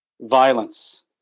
violence